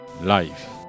life